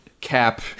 cap